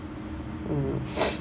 mm